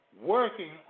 working